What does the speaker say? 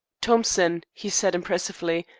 thompson, he said impressively,